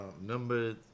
number